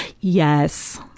Yes